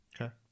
Okay